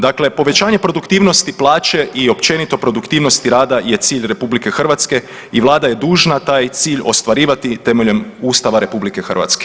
Dakle, povećanje produktivnosti plaće i općenito produktivnosti rada je cilj RH i vlada je dužna taj cilj ostvarivati temeljem Ustava RH.